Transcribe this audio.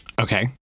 Okay